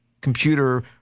computer